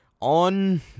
On